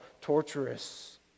torturous